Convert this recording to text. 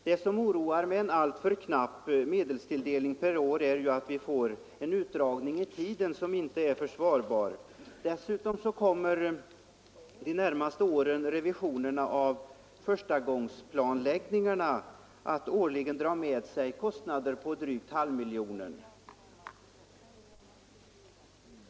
Fru talman! Det oroande med en alltför knapp medelstilldelning per år är att vi får en utdragning i tiden som inte är försvarbar. Dessutom kommer under de närmaste åren revisionerna av förstagångsplanläggningarna att årligen dra med sig kostnader på drygt en halv miljon kronor.